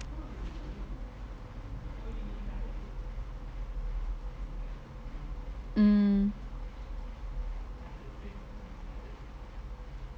mm